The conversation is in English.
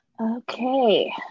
Okay